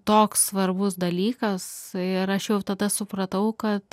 toks svarbus dalykas ir aš jau tada supratau kad